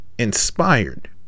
inspired